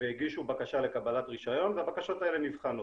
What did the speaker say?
והגישו בקשה לקבלת רישיון והבקשות האלה נבחנות.